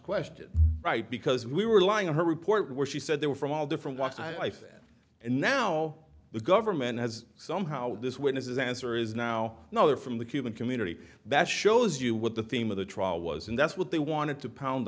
question right because we were lying in her report where she said they were from all different walks of life and now the government has somehow this witness is answer is now no they're from the cuban community that shows you what the theme of the trial was and that's what they wanted to pound